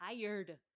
tired